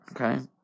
Okay